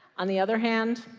on the other hand,